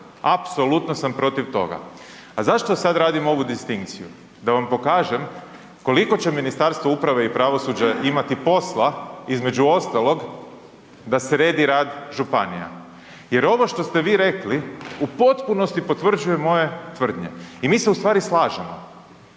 apsolutno sam protiv toga. A zašto sad radim ovu distinkciju? Da vam pokažem koliko će Ministarstvo uprave i pravosuđa imati posla, između ostalog da se redi rad županija jer ovo što ste vi rekli u potpunosti potvrđuje moje tvrdnje i mi se u stvari slažemo.